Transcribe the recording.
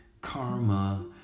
karma